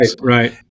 right